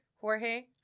Jorge